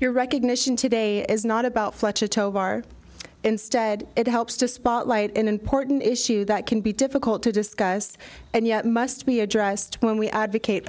your recognition today is not about fletch a towbar instead it helps to spot light in an important issue that can be difficult to discuss and yet must be addressed when we advocate